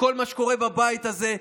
לכל מה שקורה בבית הזה,